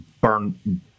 burn